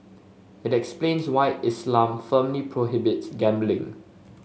it explains why Islam firmly prohibits gambling